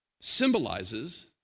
symbolizes